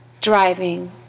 driving